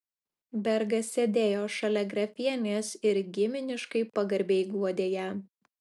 bergas sėdėjo šalia grafienės ir giminiškai pagarbiai guodė ją